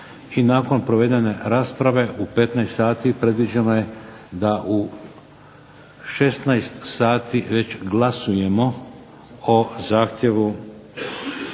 i nakon provedene rasprave u 15,00 sati predviđeno je da u 16,00 sati već glasujemo o zahtjevu,